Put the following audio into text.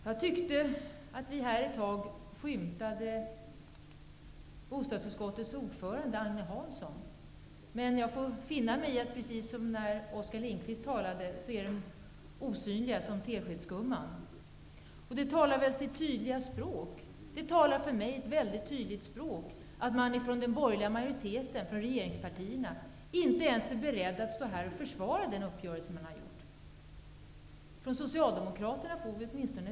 Jag tyckte att bostadsutskottets orförande Agne Hansson skymtade i kammaren, men jag får väl finna mig i, precis som Oskar Lindkvist när han talade, att den som man riktar sig till är osynlig liksom teskedsgumman. Det talar väl sitt tydliga språk. För mig är det ett väldigt tydligt talat språk när man från den borgerliga majoritetens och regeringens sida inte ens är beredd att i denna talarstol försvara träffad uppgörelse. Socialdemokraterna svarar åtminstone.